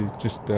just